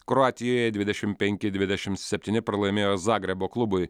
kroatijoje dvidešimt penki dvidešimt septyni pralaimėjo zagrebo klubui